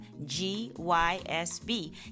GYSB